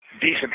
decent